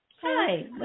Hi